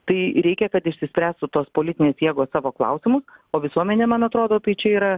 tai reikia kad išsispręstų tos politinės jėgos savo klausimu o visuomenė man atrodo tai čia yra